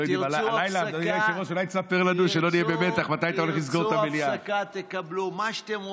מה שאתם רוצים.